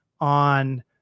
on